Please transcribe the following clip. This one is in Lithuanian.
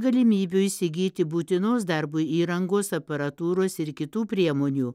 galimybių įsigyti būtinos darbui įrangos aparatūros ir kitų priemonių